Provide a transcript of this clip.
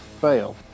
fail